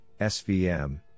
SVM